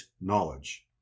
knowledge